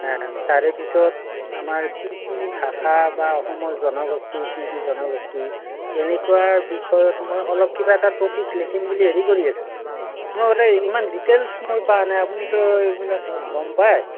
তাৰে পিছত আমাৰ কি কি ভাষা বা অসমৰ জনগোষ্ঠী কি কি জনগোষ্ঠী তেনেকুৱা বিষয়ত মই অলপ কিবা এটা টপিক লিখিম বুলি হেৰি কৰি আছোঁ মই সদায় ইমান ডিটেইলচ্ মই পোৱা নাই আপুনিতো এইবিলাক গম পায়